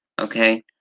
Okay